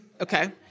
Okay